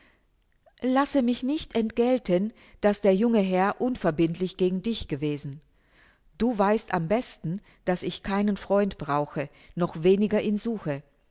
lasse mich nicht entgelten daß der junge herr unverbindlich gegen dich gewesen du weißt am besten daß ich keinen freund brauche noch weniger ihn suche